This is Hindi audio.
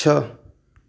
छः